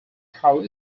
how